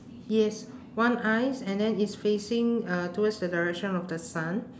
yes one eyes and then it's facing uh towards the direction of the sun